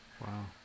Wow